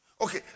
Okay